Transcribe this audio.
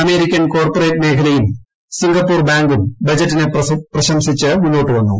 American corporate മേഖലയും Singapore ബാങ്കും ബജറ്റിനെ പ്രശംസിച്ച് മുന്നോട്ട് വന്നു